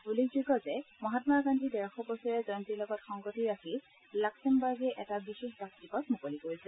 উল্লেখযোগ্য যে মহাম্মা গান্ধীৰ ডেৰশ বছৰীয়া জয়ন্তীৰ লগত সংগতি ৰাখি লাক্সেমবাৰ্গে এটা বিশেষ ডাক টিকট মুকলি কৰিছে